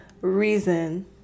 reason